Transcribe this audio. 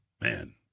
man